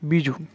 બીજું